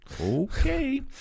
Okay